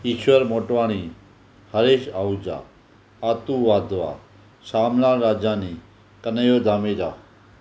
ईश्वर मोटवानी हरीश आहुजा आतु वाधवा सामना राजानी कन्हियो धामेजा